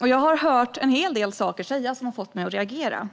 Jag har hört en hel del saker sägas som har fått mig att reagera.